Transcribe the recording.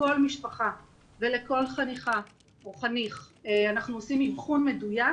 לכל משפחה ולכל חניכה או חניך אנחנו עושים אבחון מדויק